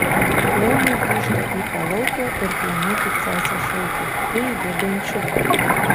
laumė grįžta į palaukę ir plonai kaip sesė šaukia ei bebenčiuk